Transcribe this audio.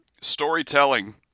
storytelling